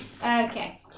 okay